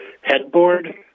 headboard